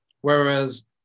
whereas